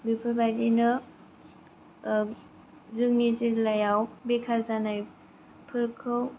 बेफोर बादिनो जोंनि जिल्लायाव बेखार जानायफोरखौ